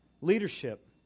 leadership